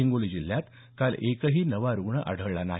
हिंगोली जिल्ह्यात काल एकही नवा रुग्ण आढळून आला नाही